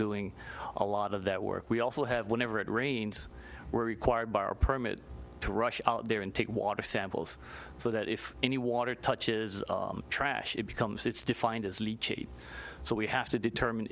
doing a lot of that work we also have whenever it rains were required by our permit to rush out there and take water samples so that if any water touches trash it becomes it's defined as leach so we have to determine